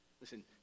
listen